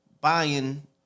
buying